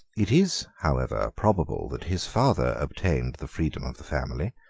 it is, however, probable that his father obtained the freedom of the family,